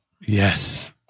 Yes